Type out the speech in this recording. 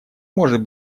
может